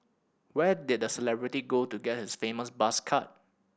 where did the celebrity go to get his famous buzz cut